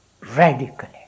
radically